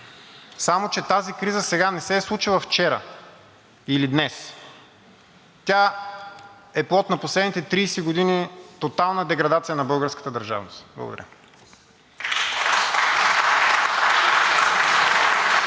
Само че тази криза сега не се е случила вчера или днес, тя е плод на последните 30 години тотална деградация на българската държава. Благодаря.